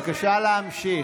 עגבניות ירוקות, בבקשה להמשיך.